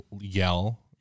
yell